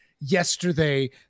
yesterday